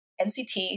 NCT